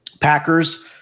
Packers